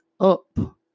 Up